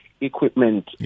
equipment